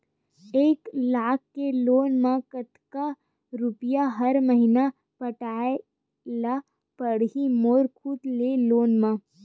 एक लाख के लोन मा कतका रुपिया हर महीना पटाय ला पढ़ही मोर खुद ले लोन मा?